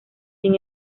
sin